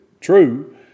true